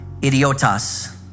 idiotas